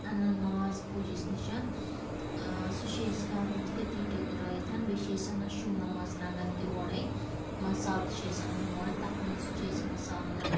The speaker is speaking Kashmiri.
انان ماز پُجِس نِش ٲں سُہ چھِ أسۍ ہیٚوان تٔمس تٔتتھٕے ٹٔکرٲیِتھ بیٚیہِ چھِ أسۍ انان شٕملہ مَرژٕوانٛگن تہِ اورٔے مَصالہٕ تہِ چھ أسۍ انان اورٔے تتھ مَنٛز چھِ أسۍ مصالہٕ انان